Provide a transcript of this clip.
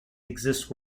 exist